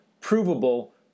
provable